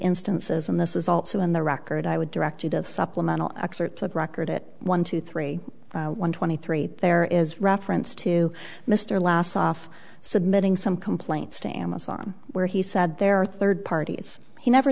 instances and this is also in the record i would direct you to have supplemental excerpts of record it one two three one twenty three there is reference to mr last off submitting some complaints to amazon where he said there are third parties he never